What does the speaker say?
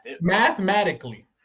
Mathematically